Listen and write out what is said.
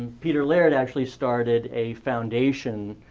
peter laird actually started a foundation,